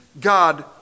God